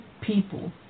people